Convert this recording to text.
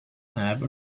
have